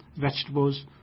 vegetables